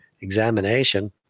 examination